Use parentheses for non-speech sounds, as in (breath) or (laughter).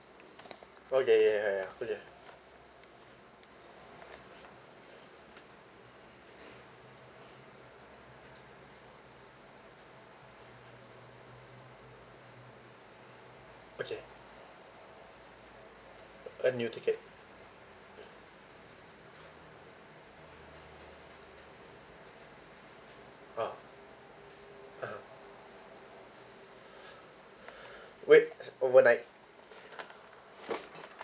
okay ya ya ya okay okay a new ticket ah (uh huh) (breath) wait a~ overnight